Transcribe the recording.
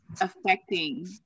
affecting